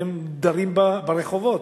והם דרים ברחובות.